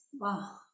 wow